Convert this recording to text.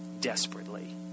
desperately